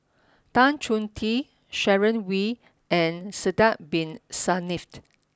Tan Chong Tee Sharon Wee and Sidek Bin Saniff